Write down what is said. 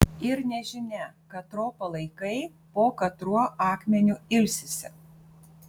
ir nežinia katro palaikai po katruo akmeniu ilsisi